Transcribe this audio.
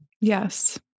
Yes